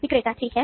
विक्रेता ठीक है